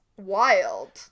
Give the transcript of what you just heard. wild